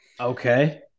Okay